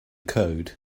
code